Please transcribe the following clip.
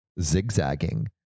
zigzagging